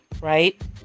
right